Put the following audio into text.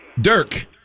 Dirk